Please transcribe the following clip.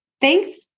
Thanks